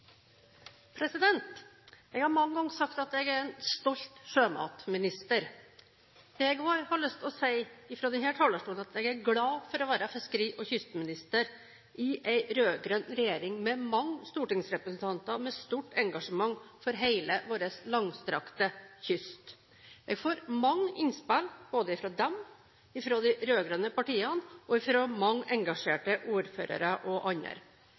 en stolt sjømatminister. Det jeg også har lyst til å si fra denne talerstolen, er at jeg er glad for å være fiskeri- og kystminister i en rød-grønn regjering, med mange stortingsrepresentanter med stort engasjement for hele vår langstrakte kyst. Jeg får mange innspill både fra dem, fra de rød-grønne partiene og fra mange engasjerte ordførere og andre.